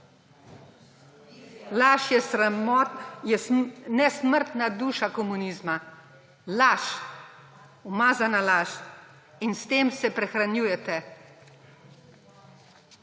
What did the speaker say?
Laž je nesmrtna duša komunizma. Laž. Umazana laž. In s tem se prehranjujete.